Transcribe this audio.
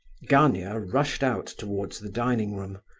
gania rushed out towards the dining-room,